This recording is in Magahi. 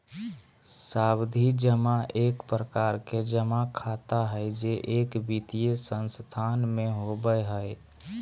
सावधि जमा एक प्रकार के जमा खाता हय जे एक वित्तीय संस्थान में होबय हय